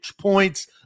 points